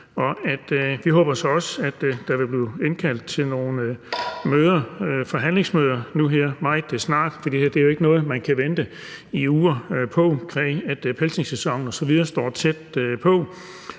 at der nu meget snart vil blive indkaldt til nogle møder, forhandlingsmøder, for det her er jo ikke noget, man kan vente i uger på, da pelsningssæsonen osv. står tæt på.